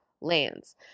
lands